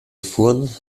erfuhren